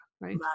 right